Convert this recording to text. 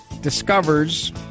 discovers